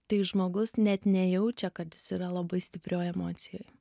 tai žmogus net nejaučia kad jis yra labai stiprioj emocijoj